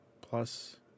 Plus